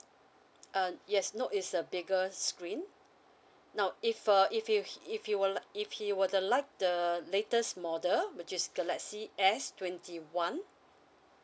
uh yes note is a bigger screen now if uh if you if you will if you were to like the latest model which is galaxy s twenty one